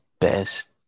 best